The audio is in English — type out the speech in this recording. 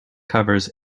covers